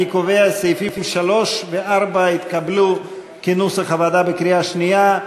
אני קובע שסעיפים 3 ו-4 התקבלו כנוסח הוועדה בקריאה שנייה.